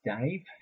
Dave